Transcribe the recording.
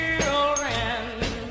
children